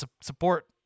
support